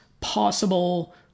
possible